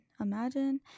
Imagine